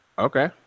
Okay